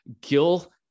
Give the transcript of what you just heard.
Gil